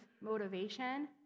motivation